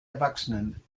erwachsenen